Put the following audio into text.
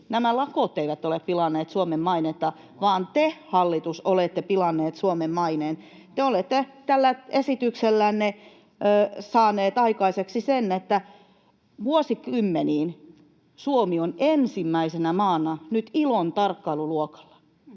nämä lakot eivät ole pilanneet Suomen mainetta, vaan te, hallitus, olette pilanneet Suomen maineen. Te olette tällä esityksellänne saaneet aikaiseksi sen, että vuosikymmeniin Suomi on ensimmäisenä maana nyt ILOn tarkkailuluokalla.